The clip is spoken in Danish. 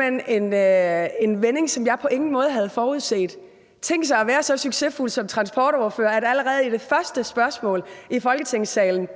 hen en vending, som jeg på ingen måde havde forudset. Tænk sig at være så succesfuld som transportordfører, at allerede under det første spørgsmål i Folketingssalen